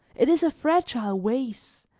it is a fragile vase,